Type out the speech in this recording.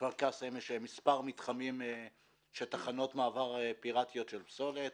בכפר קאסם יש מספר מתחמים של תחנות מעבר פיראטיות של פסולת.